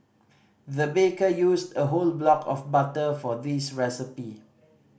the baker used a whole block of butter for this recipe